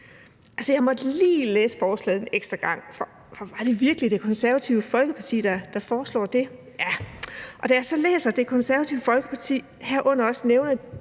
jeg måtte lige læse forslaget en ekstra gang, for var det virkelig Det Konservative Folkeparti, der foreslår det? Og da jeg så læser, at Det Konservative Folkeparti herunder også nævner